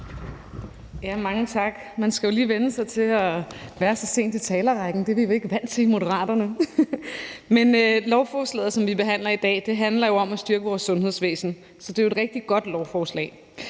(M): Mange tak. Man skal jo lige vænne sig til at være så langt nede i talerrækken. Det er vi ikke vant til i Moderaterne. Lovforslaget, som vi behandler i dag, handler om at styrke vores sundhedsvæsen. Så det er jo et rigtig godt lovforslag,